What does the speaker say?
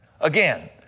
Again